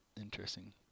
Interesting